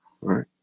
right